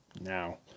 Now